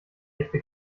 echte